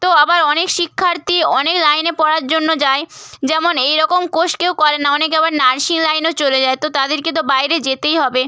তো আবার অনেক শিক্ষার্থী অনেক লাইনে পড়ার জন্য যায় যেমন এই রকম কোর্স কেউ করে না অনেকে আবার নার্সিং লাইনেও চলে যায় তো তাদেরকে তো বাইরে যেতেই হবে